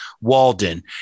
Walden